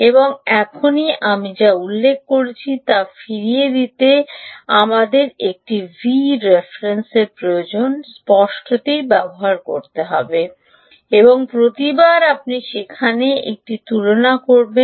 এবং এখনই আমি যা উল্লেখ করেছি তা ফিরিয়ে দিতে আমাদের একটি Vref প্রয়োজন স্পষ্টতই ব্যবহার করতে হবে এবং প্রতিবার আপনি সেখানে একটি তুলনা করবেন